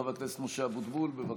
חבר הכנסת משה אבוטבול, בבקשה.